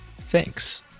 Thanks